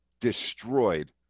destroyed